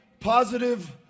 positive